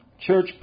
Church